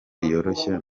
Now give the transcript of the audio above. yoroshye